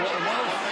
מוותרת.